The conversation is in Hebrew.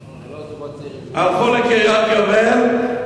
הלכו לקריית-יובל,